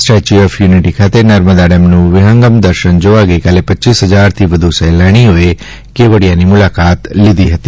statue of unity ખાતે નર્મદા ડેમનું વિહંગમ દેશ્ય જોવા ગઈકાલે પચ્ચીસ હજારથી વધુ સહેલાણીઓએ કેવડિયાની મુલાકાત લીધી હતી